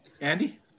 Andy